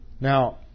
Now